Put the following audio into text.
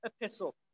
epistle